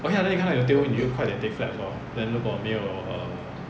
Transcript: okay lah then 看到有 tail 你就快点 take flight lor then 如果没有 err